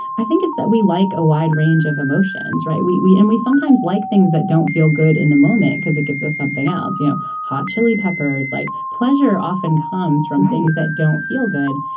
i think it's that we like a wide range of emotions right. we we and we sometimes like things that don't feel good in the moment because it gives us something else. you know hot chili peppers like pleasure often comes from things that don't feel good.